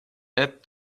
add